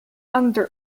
under